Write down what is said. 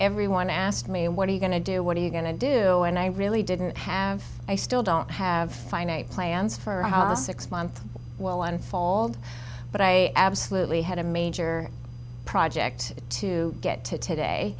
everyone asked me what are you going to do what are you going to do and i really didn't have i still don't have a play ends for six months will unfold but i absolutely had a major project to get to today